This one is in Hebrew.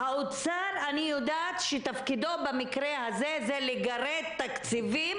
אני יודעת שתפקיד האוצר במקרה הזה הוא לגרד תקציבים